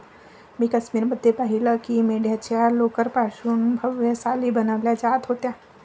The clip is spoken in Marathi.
मी काश्मीर मध्ये पाहिलं की मेंढ्यांच्या लोकर पासून भव्य शाली बनवल्या जात होत्या